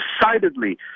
decidedly